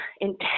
intense